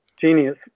genius